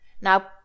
Now